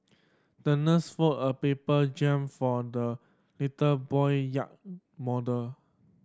the nurse folded a paper jib for the little boy yacht model